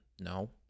No